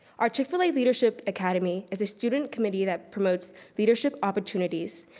our chik-fil-a leadership academy is a student committee that promotes leadership opportunities.